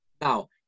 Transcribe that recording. Now